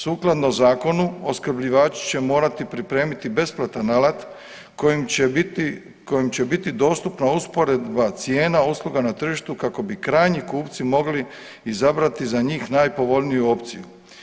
Sukladno zakonu opskrbljivači će morati pripremiti besplatan alat kojim će biti, kojim će biti dostupna usporedba cijena usluga na tržištu kako bi krajnji kupci mogli izabrati za njih najpovoljniju opciju.